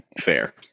Fair